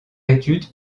étude